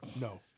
No